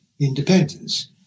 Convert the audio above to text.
independence